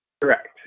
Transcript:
Correct